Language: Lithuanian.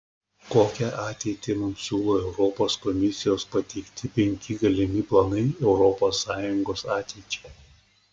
kokią ateitį mums siūlo europos komisijos pateikti penki galimi planai europos sąjungos ateičiai